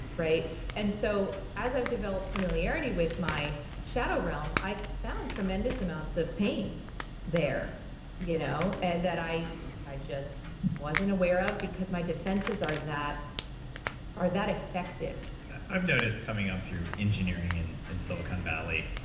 and so as i've developed familiarity with my shadow realm, i've found tremendous amounts of pain there you know and that i i just wasn't aware of because my defenses are that are that effective i've noticed coming up through engineering and in silicon valley,